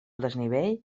desnivell